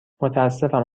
متاسفم